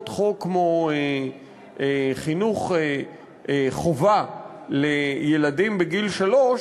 חוק כמו חוק חינוך חובה לילדים בגיל שלוש,